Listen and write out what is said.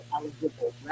eligible